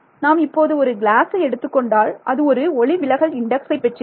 நாம் இப்போது ஒரு கிளாசை எடுத்துக் கொண்டால் அது ஒரு ஒளிவிலகல் இன்டெக்சை பெற்றிருக்கும்